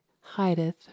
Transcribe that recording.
hideth